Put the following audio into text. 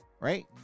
right